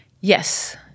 Yes